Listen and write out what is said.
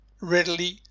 readily